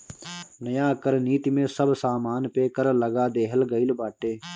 नया कर नीति में सब सामान पे कर लगा देहल गइल बाटे